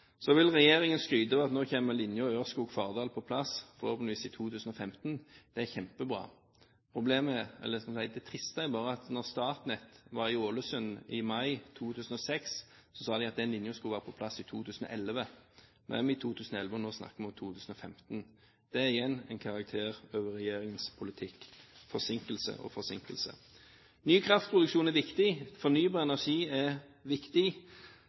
Så vil regjeringen skryte av at nå kommer linjen Ørskog–Fardal på plass, forhåpentligvis i 2015 – det er kjempebra. Det triste er bare at da Statnett var i Ålesund i mai 2006, sa de at den linjen skulle være på plass i 2011. Nå er vi i 2011, og nå snakker vi om 2015. Det er igjen en karakter over regjeringens politikk: forsinkelse og forsinkelse. Ny kraftproduksjon er viktig, fornybar energi er viktig.